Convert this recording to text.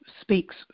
speaks